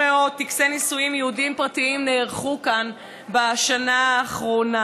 טקסי נישואים יהודיים פרטיים נערכו כאן בשנה האחרונה,